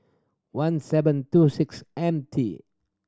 one seven two six M T